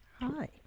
Hi